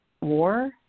war